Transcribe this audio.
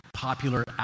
Popular